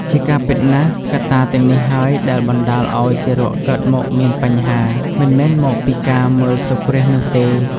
ជាការពិតណាស់ កត្តាទាំងនេះហើយដែលបណ្តាលឲ្យទារកកើតមកមានបញ្ហា មិនមែនមកពីការមើលសូរ្យគ្រាសនោះទេ ។